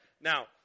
Now